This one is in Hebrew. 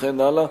וכן הלאה.